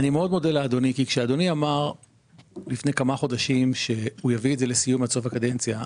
כי כשאדוני אמר לפני כמה חודשים שהוא יביא את זה לסיום עד סוף הקדנציה,